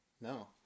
No